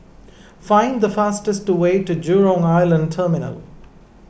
find the fastest way to Jurong Island Terminal